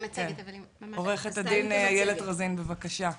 עורכת הדין איילת רזין, בבקשה.